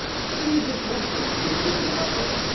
sees this reference to this leonardo,